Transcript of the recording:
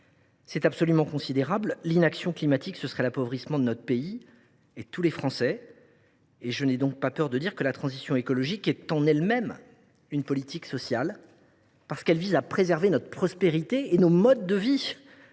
C’est absolument considérable. L’inaction climatique, ce serait l’appauvrissement de notre pays et de tous les Français. Je n’ai donc pas peur de dire que la transition écologique est en elle même une politique sociale en ce qu’elle vise à préserver notre prospérité et nos modes de vie